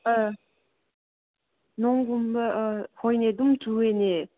ꯑꯥ ꯅꯣꯡꯒꯨꯝꯕ ꯍꯣꯏꯅꯦ ꯑꯗꯨꯝ ꯆꯨꯏꯌꯦꯅꯦ